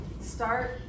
Start